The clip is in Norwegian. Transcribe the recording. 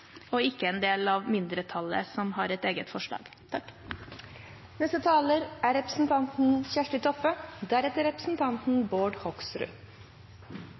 og er ikke en del av mindretallet som har et eget forslag.